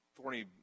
thorny